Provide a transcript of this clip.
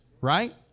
right